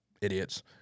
idiots